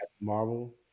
Marvel